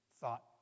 thought